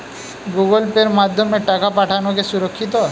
Google Pay মাধ্যমে টাকা পাঠানোকে সুরক্ষিত?